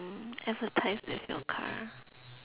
mm advertise with your car